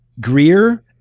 Greer